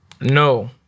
No